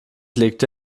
legte